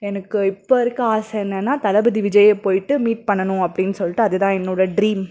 எனக்கு இப்போருக்க ஆசை என்னன்னா தளபதி விஜய போயிவிட்டு மீட் பண்ணணும் அப்படின்னு சொல்லிட்டு அது தான் என்னோட ட்ரீம்